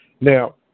Now